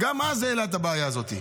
שגם אז הוא העלה את הבעיה הזאת,